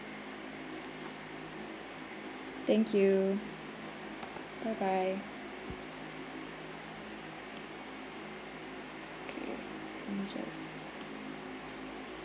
thank you bye bye okay let me just